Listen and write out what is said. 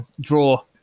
draw